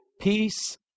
peace